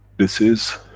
this is